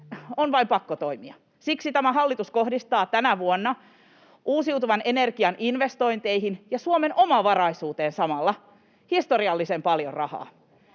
on vain pakko toimia. Siksi tämä hallitus kohdistaa tänä vuonna uusiutuvan energian investointeihin ja samalla Suomen omavaraisuuteen historiallisen paljon rahaa,